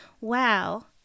wow